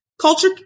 Culture